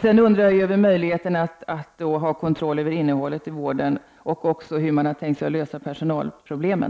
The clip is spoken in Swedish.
Sedan undrar jag över vilken möjlighet som finns att få kontroll över innehållet i vården och hur man har tänkt sig att lösa personalproblemen.